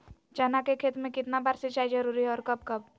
चना के खेत में कितना बार सिंचाई जरुरी है और कब कब?